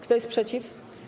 Kto jest przeciw?